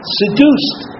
seduced